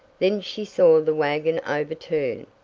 then she saw the wagon overturn!